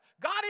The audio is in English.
God